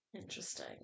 interesting